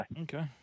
Okay